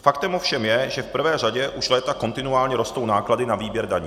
Faktem ovšem je, že v prvé řadě už léta kontinuálně rostou náklady na výběr daní.